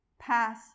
pass